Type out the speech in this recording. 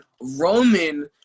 Roman